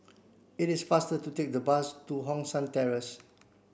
it is faster to take the bus to Hong San Terrace